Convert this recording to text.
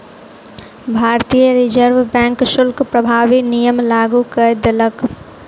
भारतीय reserve bank शुल्क प्रभावी नियम लागू कय देलक